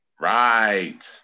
Right